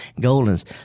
goldens